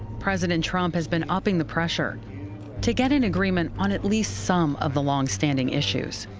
president trump has been upping the pressure to get an agreement on at least some of the long-standing issues.